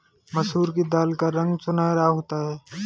मसूर की दाल का रंग सुनहरा होता है